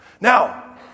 Now